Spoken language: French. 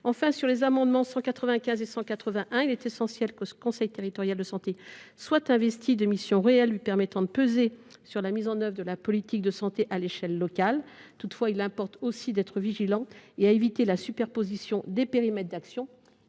Enfin, j’en viens aux amendements n 195 et 181. Il est essentiel que le conseil territorial de santé soit investi de missions réelles lui permettant de peser sur la mise en œuvre de la politique de santé à l’échelle locale. Toutefois, il importe aussi d’être vigilant et d’éviter la superposition des périmètres d’action,